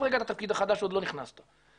רגע את התפקיד החדש שעוד לא נכנסת אליו